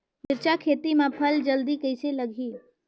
मिरचा खेती मां फल जल्दी कइसे लगही?